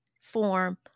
form